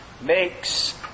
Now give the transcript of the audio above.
makes